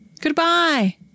Goodbye